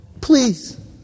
Please